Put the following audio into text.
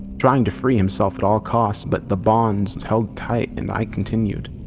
trying to free himself at all costs. but the bond held tight and i continued.